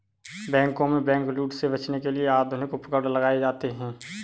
बैंकों में बैंकलूट से बचने के लिए आधुनिक उपकरण लगाए जाते हैं